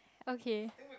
okay